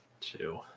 two